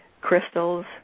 crystals